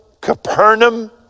Capernaum